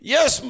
Yes